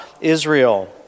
Israel